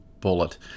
bullet